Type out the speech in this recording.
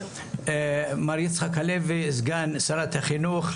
מר יצחק הלוי סגן שרת החינוך,